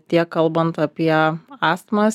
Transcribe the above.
tiek kalbant apie astmas